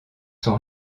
sont